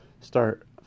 start